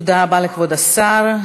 תודה רבה לכבוד השר.